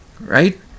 right